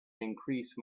increase